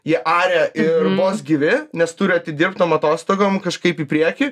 jie aria ir vos gyvi nes turi atidirbt tom atostogom kažkaip į priekį